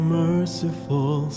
merciful